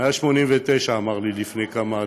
הוא אמר לי לפני כמה דקות.